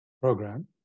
program